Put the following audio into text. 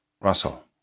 Russell